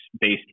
based